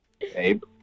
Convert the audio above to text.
Babe